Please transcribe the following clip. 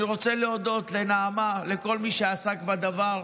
אני רוצה להודות לנעמה, לכל מי שעסק בדבר,